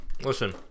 listen